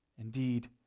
Indeed